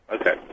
Okay